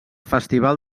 festival